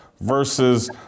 versus